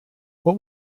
what